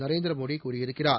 நரேந்திர மோடி கூறியிருக்கிறார்